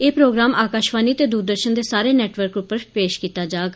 ए program Akashvani ते द्रदर्शन दे सारे नेटवर्क पर पेश कीता जाग